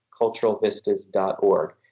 culturalvistas.org